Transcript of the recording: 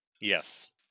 yes